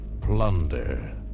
Plunder